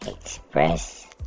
express